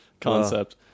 concept